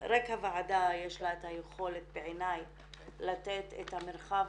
בעיניי רק לוועדה יש את היכולת לתת את המרחב